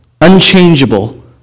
Unchangeable